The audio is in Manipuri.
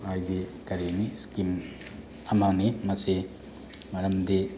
ꯍꯥꯏꯗꯤ ꯀꯔꯤꯅꯤ ꯏꯁꯀꯤꯝ ꯑꯃꯅꯤ ꯃꯁꯤ ꯃꯔꯝꯗꯤ